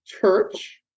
church